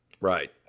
Right